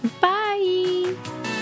Bye